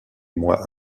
moi